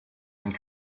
and